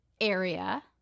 area